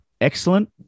excellent